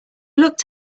looked